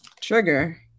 trigger